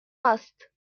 است